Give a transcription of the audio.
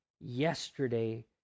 yesterday